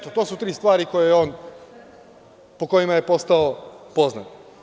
To su tri stvari po kojima je postao poznat.